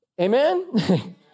Amen